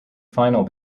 final